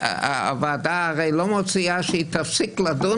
הוועדה הרי לא מציעה שהיא תפסיק לדון